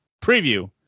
preview